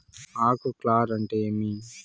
ఆకు కార్ల్ అంటే ఏమి?